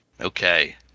Okay